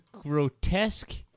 grotesque